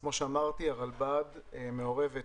כמו שאמרתי, הרלב"ד מעורבת